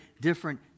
different